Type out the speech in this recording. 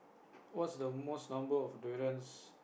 what's the most number of durians